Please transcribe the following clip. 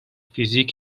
فیزیک